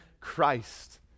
Christ